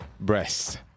breast